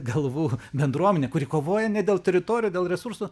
galvų bendruomenę kuri kovoja ne dėl teritorijų dėl resursų